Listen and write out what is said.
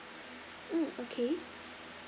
mm okay